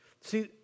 See